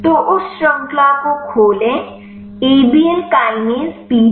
तो उस श्रृंखला को खोलें A B L kinase PDB